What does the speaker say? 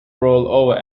rollover